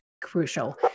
crucial